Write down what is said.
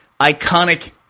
iconic